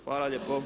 Hvala lijepo.